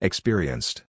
Experienced